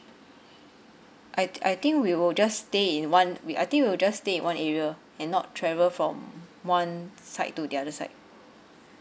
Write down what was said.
I I think we will just stay in one we I think we will just stay in one area and not travel from one side to the other side